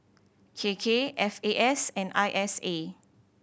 K K F A S and I S A